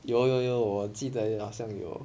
有有有我记得有好像有